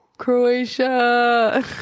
croatia